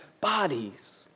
bodies